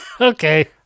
Okay